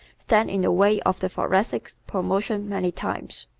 stand in the way of the thoracic's promotion many times.